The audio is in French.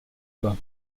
pas